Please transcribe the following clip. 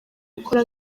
gukora